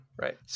right